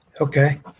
Okay